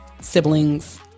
siblings